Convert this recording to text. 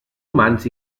humans